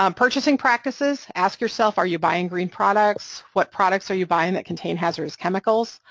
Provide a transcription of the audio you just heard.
um purchasing practices, ask yourself, are you buying green products, what products are you buying that contain hazardous chemicals,